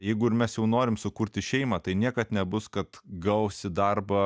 jeigu ir mes jau norim sukurti šeimą tai niekad nebus kad gausi darbą